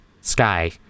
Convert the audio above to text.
sky